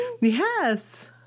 Yes